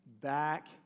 back